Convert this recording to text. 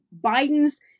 Biden's